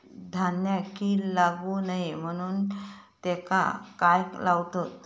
धान्यांका कीड लागू नये म्हणून त्याका काय लावतत?